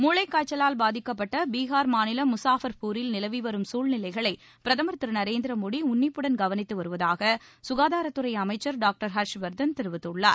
மூளைக்காய்ச்சவால் பாதிக்கப்பட்ட பீகார் மாநிலம் முசாஃபர்பூரில் நிலவிவரும் சூழ்நிலைகளை பிரதமா் திரு நரேந்திர மோடி உன்னிப்புடன் கவனித்துவருவதாக ககாதாரத் துறை அமைச்சர் டாங்டர் ஹர்ஷ்வர்தன் தெரிவித்துள்ளார்